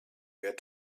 wert